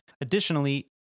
Additionally